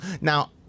Now